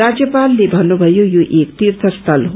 राज्यपालले भन्नुभयो यो एक तीर्य स्थल हो